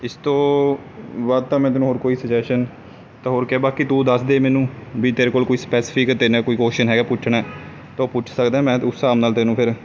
ਇਸ ਤੋਂ ਵੱਧ ਤਾਂ ਮੈਂ ਤੈਨੂੰ ਹੋਰ ਕੋਈ ਸਜੈਸ਼ਨ ਤਾਂ ਹੋਰ ਕੀ ਬਾਕੀ ਤੂੰ ਦੱਸ ਦੇ ਮੈਨੂੰ ਵੀ ਤੇਰੇ ਕੋਲ ਕੋਈ ਸਪੈਸਫਿਕ ਅਤੇ ਨਾ ਕੋਈ ਕੁਸ਼ਚਨ ਹੈ ਗਾ ਪੁੱਛਣਾ ਹੈ ਤਾਂ ਉਹ ਪੁੱਛ ਸਕਦਾ ਹੈ ਮੈਂ ਉਸ ਹਿਸਾਬ ਨਾਲ ਤੈਨੂੰ ਫਿਰ